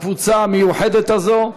הקבוצה המיוחדת הזאת.